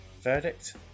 Verdict